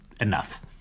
enough